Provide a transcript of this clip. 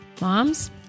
Moms